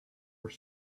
were